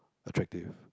attractive